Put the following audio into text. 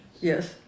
Yes